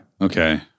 Okay